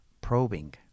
probing